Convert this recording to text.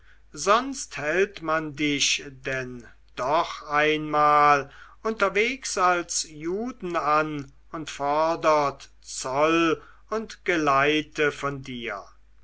sonst hält man dich denn doch einmal unterweges als juden an und fordert zoll und geleite von dir